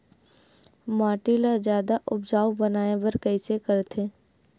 माटी ला जादा उपजाऊ बनाय बर कइसे करथे?